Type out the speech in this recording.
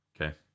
Okay